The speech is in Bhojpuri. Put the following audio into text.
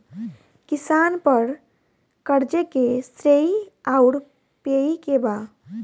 किसान पर क़र्ज़े के श्रेइ आउर पेई के बा?